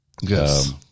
Yes